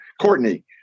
Courtney